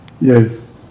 Yes